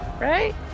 right